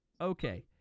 okay